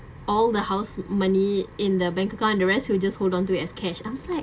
all the house money in the bank account and the rest he'll just hold on to it as cash I was like